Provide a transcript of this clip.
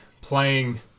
playing